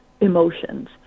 emotions